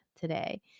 today